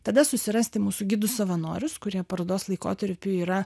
tada susirasti mūsų gidus savanorius kurie parodos laikotarpiu yra